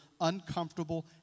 uncomfortable